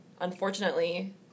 Unfortunately